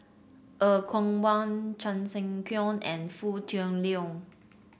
Er Kwong Wah Chan Sek Keong and Foo Tui Liew